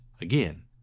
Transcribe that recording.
again